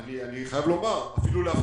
לא רעה בכלל, אפילו להפתעתי.